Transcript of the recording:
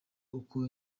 uko